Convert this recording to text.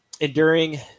Enduring